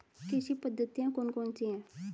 कृषि पद्धतियाँ कौन कौन सी हैं?